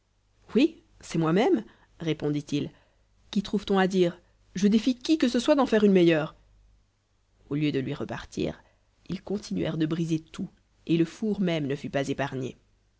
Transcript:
oui c'est moi-même répondit-il qu'y trouve-t-on à dire je défie qui que ce soit d'en faire une meilleure au lieu de lui repartir ils continuèrent de briser tout et le four même ne fut pas épargné